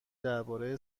درباره